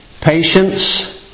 patience